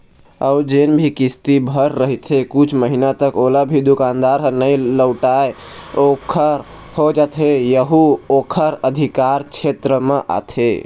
अउ जेन भी किस्ती भर रहिथे कुछ महिना तक ओला भी दुकानदार ह नइ लहुटाय ओखर हो जाथे यहू ओखर अधिकार छेत्र म आथे